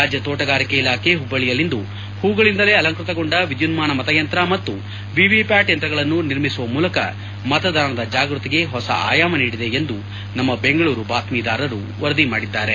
ರಾಜ್ಯ ತೋಟಗಾರಿಕೆ ಇಲಾಖೆ ಹುಬ್ಬಳ್ಳಯಲ್ಲಿಂದು ಹೂಗಳಿಂದಲೇ ಅಲಂಕೃತಗೊಂಡ ವಿದ್ಯುನ್ನಾ ಮತಯಂತ್ರ ಮತ್ತು ವಿವಿ ಪ್ಯಾಟ್ ಯಂತ್ರಗಳನ್ನು ನಿರ್ಮಿಸುವ ಮೂಲಕ ಮತದಾನದ ಜಾಗೃತಿಗೆ ಹೊಸ ಆಯಾಮ ನೀಡಿದೆ ಎಂದು ನಮ್ಮ ಬೆಂಗಳೂರು ಬಾತ್ನೀದಾರರು ವರದಿ ಮಾಡಿದ್ದಾರೆ